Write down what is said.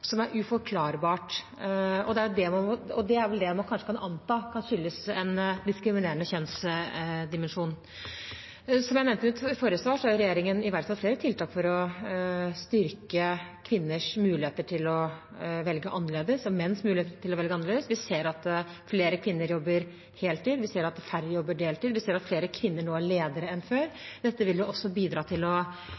er vel det man kan anta skyldes en diskriminerende kjønnsdimensjon. Som jeg nevnte i mitt forrige svar, har regjeringen iverksatt flere tiltak for å styrke kvinners muligheter til å velge annerledes og menns muligheter til å velge annerledes. Vi ser at flere kvinner jobber heltid, vi ser at færre jobber deltid, vi ser at flere kvinner nå er ledere enn før.